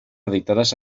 editades